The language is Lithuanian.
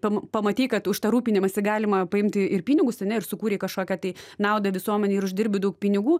pam pamatei kad už tą rūpinimąsi galima paimti ir pinigus ane ir sukūrei kažkokią tai naudą visuomenei ir uždirbai daug pinigų